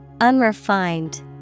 Unrefined